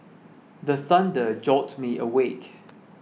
the thunder jolt me awake